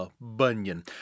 Bunyan